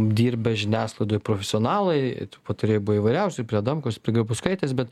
dirbę žiniasklaidoj profesionalai tų patarėjų buvo įvairiausių ir prie adamkaus ir prie grybauskaitės bet